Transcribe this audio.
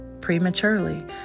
prematurely